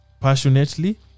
passionately